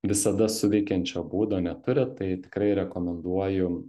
visada suveikiančio būdo neturit tai tikrai rekomenduoju